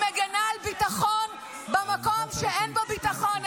היא מגינה על ביטחון במקום שאין בו ביטחון.